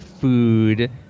food